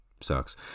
sucks